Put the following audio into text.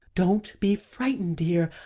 don't be frightened, dear.